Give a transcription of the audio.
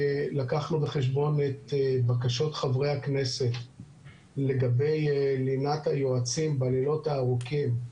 לקחנו בחשבון את בקשות חברי הכנסת לגבי לינת היועצים בלילות הארוכים,